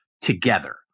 together